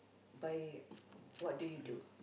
by what do you do